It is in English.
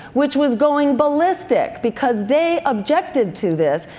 which was going ballistic because they objected to this.